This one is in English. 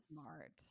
smart